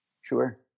Sure